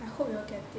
I hope you will get it